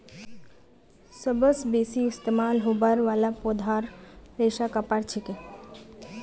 सबस बेसी इस्तमाल होबार वाला पौधार रेशा कपास छिके